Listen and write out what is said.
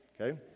okay